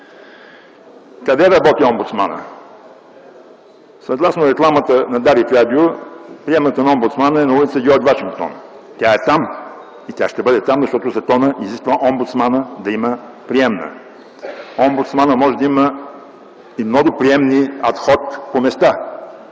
Къде работи омбудсманът? Съгласно рекламата на „Дарик радио” приемната на омбудсмана е на ул. „Джордж Вашингтон”. Тя е там, и тя ще бъде там, защото законът изисква омбудсманът да има приемна. Омбудсманът може да има и много приемни по места,